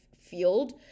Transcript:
field